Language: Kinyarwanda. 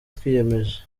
twiyemeje